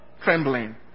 trembling